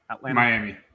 Miami